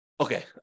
Okay